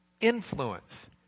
influence